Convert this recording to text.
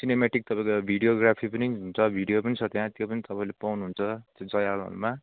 सिनेमेटिकहरूको videography पनि हुन्छ video पनि छ त्यहाँ त्यो पनि तपाईँले पाउनु हुन्छ त्यो जग्गाहरूमा